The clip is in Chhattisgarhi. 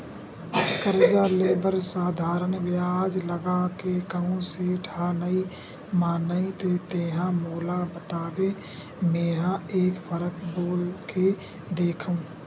करजा ले बर साधारन बियाज लगा के कहूँ सेठ ह नइ मानही त तेंहा मोला बताबे मेंहा एक फरक बोल के देखहूं